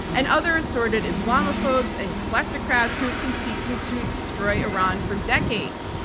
and other assorted islamophobes and kleptocrats who have been seeking to destroy iran for decades.